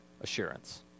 assurance